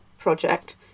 project